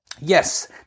Yes